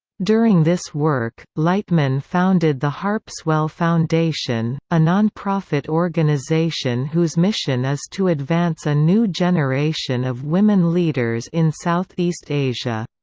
during this work, lightman founded the harpswell foundation, a nonprofit organization whose mission is to advance a new generation of women leaders in southeast asia.